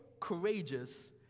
courageous